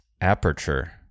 Aperture